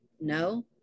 no